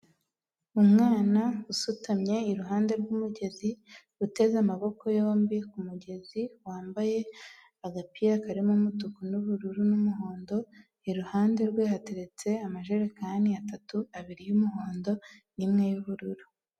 Umwana usutamye iruhande rw'umugezi, uteze amaboko yombi ku mugezi, wambaye agapira karimo umutuku n'ubururu n'umuhondo, iruhande rwe hateretse amajerekani atatu, abiri y'umuhondo n'imwe y'ubururu.